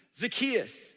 Zacchaeus